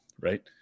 right